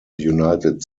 united